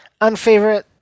Unfavorite